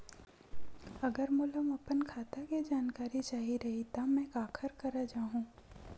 अगर मोला अपन खाता के जानकारी चाही रहि त मैं काखर करा जाहु?